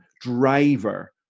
driver